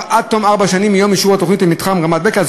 עד תום ארבע שנים מיום אישור תוכנית למתחם רמת-בקע,